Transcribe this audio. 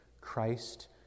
Christ